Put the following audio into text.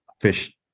fish